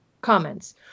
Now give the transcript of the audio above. comments